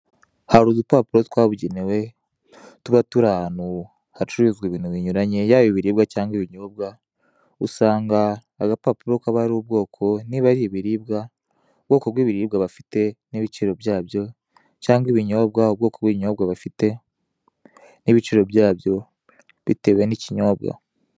Hari udupapuro twabugenewe tuba turi ahantu hacuruzwa ibintu binyuranye, yaba ibiribwa cyangwa ibinyobwa, usanga agapapuro kaba ariho ubwoko, niba ari ibiribwa, ubwoko bw'ibiribwa bafite, n'ibiciro byabyo cyangwa ibinyobwa, ubwoko bw'inyobwa bafite n'ibiciro byabyo, bitewe n'ikinyobwa.